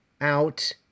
out